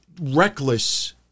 reckless